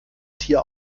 tier